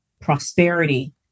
prosperity